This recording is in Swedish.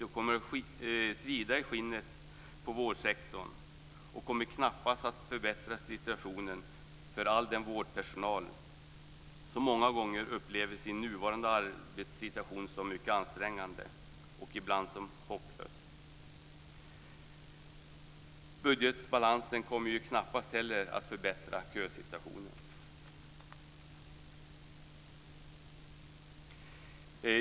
Det kommer att svida i skinnet på vårdsektorn och kommer knappast att förbättra situationen för all den vårdpersonal som många gånger upplever sin nuvarande arbetssituation som mycket ansträngande och ibland som hopplös. Budgetbalansen kommer knappast heller att förbättra kösituationen.